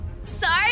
Sorry